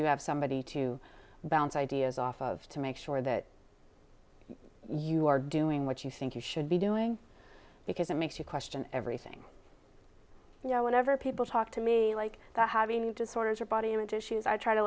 you have somebody to bounce ideas off of to make sure that you are doing what you think you should be doing because it makes you question everything you know whenever people talk to me like that having disorders or body image issues i try to